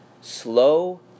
slow